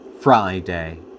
Friday